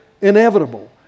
inevitable